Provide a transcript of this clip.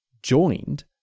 joined